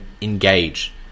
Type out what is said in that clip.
engage